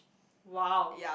!wow!